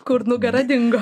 kur nugara dingo